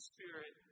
Spirit